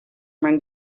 mijn